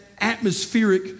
atmospheric